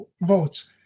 votes